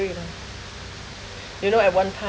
ah you know at one time